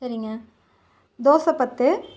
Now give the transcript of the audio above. சரிங்க தோசை பத்து